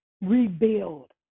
rebuild